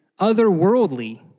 otherworldly